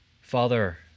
father